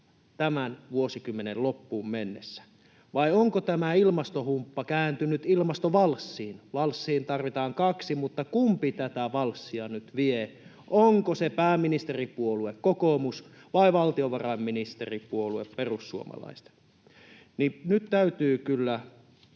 tämän vuosikymmenen loppuun mennessä. Vai onko tämä ilmastohumppa kääntynyt ilmastovalssiin? Valssiin tarvitaan kaksi, mutta kumpi tätä valssia nyt vie? Onko se pääministeripuolue kokoomus vai valtiovarainministeripuolue perussuomalaiset? Nyt täytyy kyllä